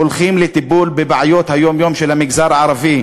הולכים לטיפול בבעיות היום-יום של המגזר הערבי,